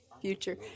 future